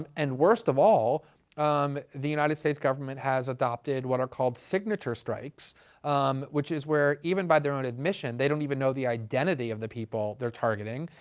um and worst of all um the united states government has adopted what are called signature strikes which is where even by their own admission, they don't even know the identity of the people they're targeting.